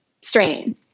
strain